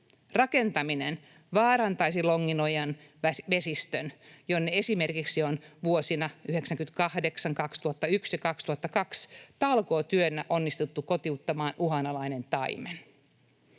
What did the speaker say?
Rakentaminen vaarantaisi Longinojan vesistön, jonne esimerkiksi on vuosina 1998, 2001 ja 2002 talkootyönä onnistuttu kotiuttamaan uhanalainen taimen.